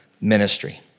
ministry